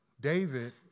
David